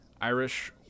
irish